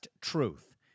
Truth